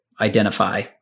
identify